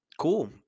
cool